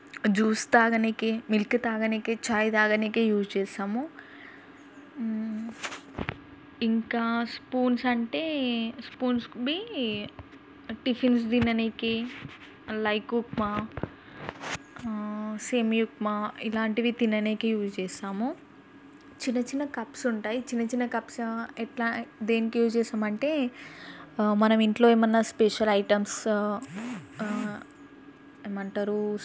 juice తాగనీకి milk తాగనీకి చాయ్ తాగనీకి యూజ్ చేస్తాము ఇంకా స్పూన్స్ అంటే స్పూన్స్కు బీ టిఫిన్స్ తిననీకి లైక్ ఉప్మా సేమ్యా ఉప్మా ఇలాంటివి తిననీకి యూజ్ చేస్తాము చిన్నచిన్న కప్స్ ఉంటాయి చిన్నచిన్న కప్స్ ఎట్లా దేనికి యూజ్ చేస్తాము అంటే మనము ఇంట్లో ఏమైనా స్పెషల్ ఐటమ్స్ ఏమంటారు